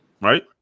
right